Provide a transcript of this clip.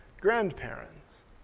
grandparents